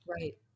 Right